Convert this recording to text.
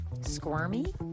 squirmy